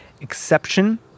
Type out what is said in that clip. exception